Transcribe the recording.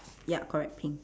ya correct pink